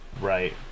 right